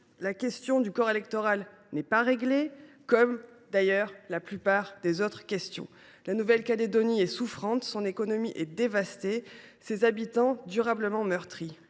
La question du corps électoral n’est pas réglée, comme la plupart des questions d’ailleurs. La Nouvelle Calédonie est souffrante. Son économie est dévastée et ses habitants durablement meurtris.